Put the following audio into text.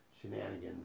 shenanigans